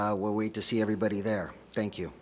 we'll wait to see everybody there thank you